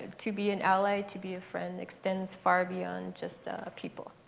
to be an ally, to be a friend, extends far beyond just a people.